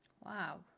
Wow